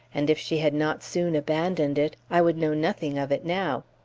and if she had not soon abandoned it, i would know nothing of it now.